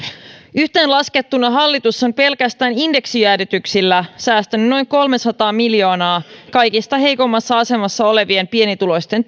yhteenlaskettuna hallitus on pelkästään indeksijäädytyksillä säästänyt noin kolmesataa miljoonaa kaikista heikoimmassa asemassa olevien pienituloisten